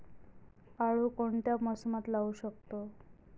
आळू कोणत्या मोसमात लावू शकतो?